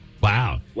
Wow